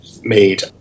made